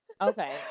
okay